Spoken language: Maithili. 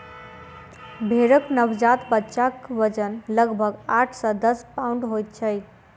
भेंड़क नवजात बच्चाक वजन लगभग आठ सॅ दस पाउण्ड होइत छै